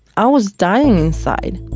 i was dying inside.